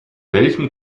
welchem